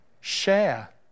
share